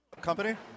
company